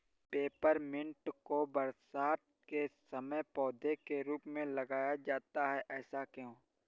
Peppermint को बरसात के समय पौधे के रूप में लगाया जाता है ऐसा क्यो?